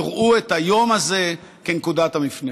יראו את היום הזה כנקודת המפנה.